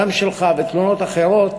גם שלך וגם תלונות אחרות,